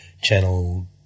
Channel